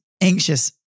anxious